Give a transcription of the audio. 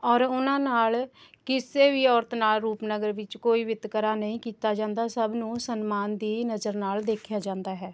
ਔਰ ਉਹਨਾਂ ਨਾਲ ਕਿਸੇ ਵੀ ਔਰਤ ਨਾਲ ਰੂਪਨਗਰ ਵਿੱਚ ਕੋਈ ਵਿਤਕਰਾ ਨਹੀਂ ਕੀਤਾ ਜਾਂਦਾ ਸਭ ਨੂੰ ਸਨਮਾਨ ਦੀ ਨਜ਼ਰ ਨਾਲ ਦੇਖਿਆ ਜਾਂਦਾ ਹੈ